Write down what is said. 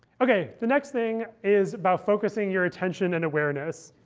ok, the next thing is about focusing your attention and awareness.